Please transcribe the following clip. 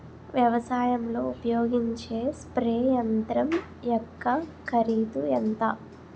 వ్యవసాయం లో ఉపయోగించే స్ప్రే యంత్రం యెక్క కరిదు ఎంత?